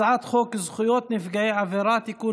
הצעת חוק זכויות נפגעי עבירה (תיקון